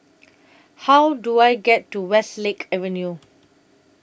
How Do I get to Westlake Avenue